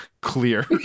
clear